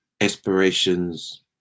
aspirations